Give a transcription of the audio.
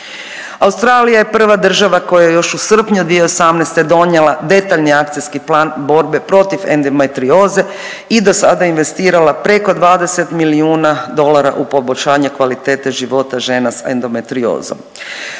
Australija je prva država koja je još u srpnju 2018. donijela detaljni Akcijski plan borbe protiv endometrioze i do sada investirala preko 20 milijuna dolara u poboljšanje kvalitete života žena sa endometriozom.